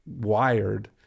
wired